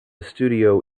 studio